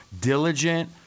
diligent